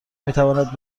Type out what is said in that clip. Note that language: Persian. میتواند